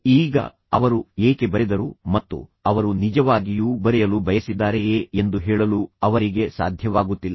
ಈಗ ಅವರು ಏಕೆ ಬರೆದರು ಮತ್ತು ಅವರು ನಿಜವಾಗಿಯೂ ಬರೆಯಲು ಬಯಸಿದ್ದಾರೆಯೇ ಎಂದು ಹೇಳಲು ಅವರಿಗೆ ಸಾಧ್ಯವಾಗುತ್ತಿಲ್ಲ